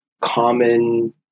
common